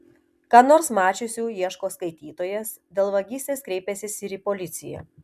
ką nors mačiusių ieško skaitytojas dėl vagystės kreipęsis ir į policiją